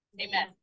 Amen